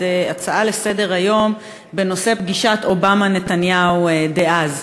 הצעה לסדר-היום בנושא פגישת אובמה-נתניהו דאז.